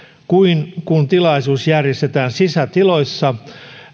kun tilaisuus järjestetään sisätiloissa